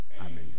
Amen